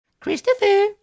Christopher